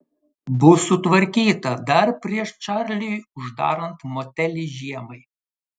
bus sutvarkyta dar prieš čarliui uždarant motelį žiemai